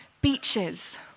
beaches